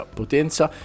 potenza